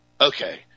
Okay